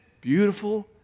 beautiful